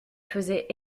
faisait